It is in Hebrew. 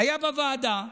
היו בוועדה,